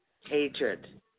hatred